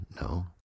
no